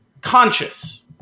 conscious